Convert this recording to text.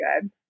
good